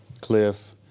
Cliff